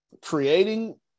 creating